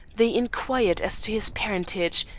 they inquired as to his parentage,